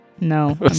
No